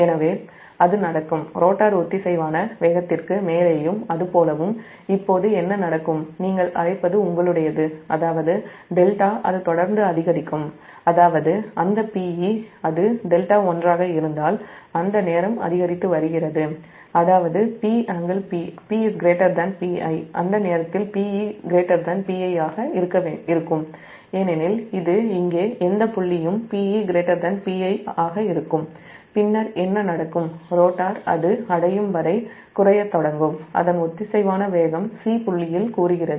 எனவே அது நடக்கும் ரோட்டார் ஒத்திசைவான வேகத்திற்கு மேலேயும் அதாவது δஅது தொடர்ந்து அதிகரிக்கும் அதாவது அந்த Pe அது δ1 ஆக இருந்தால் அந்த நேரம் அதிகரித்து வருகிறது அதாவது PPi அந்த நேரத்தில் PePi ஆக இருக்கும் ஏனெனில் இது இங்கே எந்த புள்ளியும் Pe Pi ஆக இருக்கும் பின்னர் என்ன நடக்கும் அது ரோட்டார் அடையும் வரை குறையத் தொடங்கும் அதன் ஒத்திசைவான வேகம் 'c' புள்ளியில் கூறுகிறது